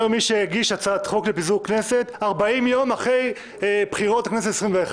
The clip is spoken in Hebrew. אומר מי שהגיש הצעת חוק לפיזור כנסת 40 יום אחרי בחירות לכנסת ה-21